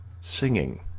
singing